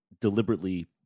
deliberately